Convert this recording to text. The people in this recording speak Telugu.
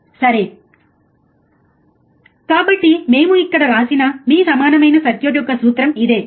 సరే కాబట్టి మేము ఇక్కడ వ్రాసిన మీ సమానమైన సర్క్యూట్ యొక్క సూత్రం ఇదే